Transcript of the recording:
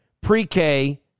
pre-K